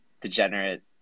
degenerate